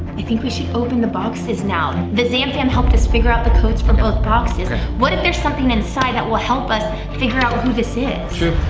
i think we should open the boxes now. the zamfam helped us figure out the codes for both boxes, what if there's something inside that will help us figure out who this is? sure,